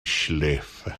schläfe